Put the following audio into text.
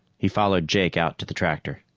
he followed jake out to the tractor.